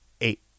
eight